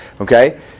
Okay